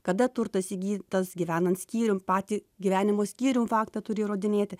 kada turtas įgytas gyvenant skyrium patį gyvenimo skyrium faktą turi įrodinėti